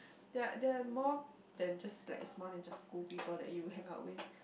there're there're more than just like there's more than just school people that you hang out with